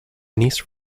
niece